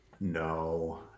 No